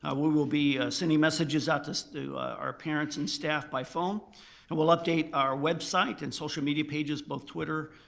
ah we will be sending messages out to our parents and staff by phone and we'll update our website and social media pages, both twitter,